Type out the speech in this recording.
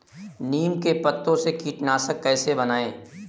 नीम के पत्तों से कीटनाशक कैसे बनाएँ?